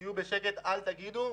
תהיו בשקט, אל תגידו,